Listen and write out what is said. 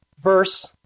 verse